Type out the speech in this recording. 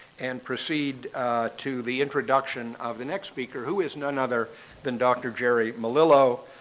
and proceed to the introduction of the next speaker who is none other than dr. jerry mellilo.